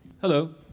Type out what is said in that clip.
hello